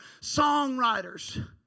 songwriters